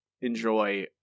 enjoy